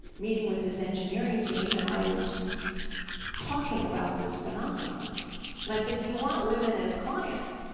meeting with his engineering team and i was talking about this phenomenon and i said, do you want women as clients?